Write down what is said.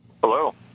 Hello